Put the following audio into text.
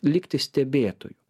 likti stebėtoju